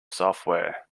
software